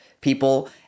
people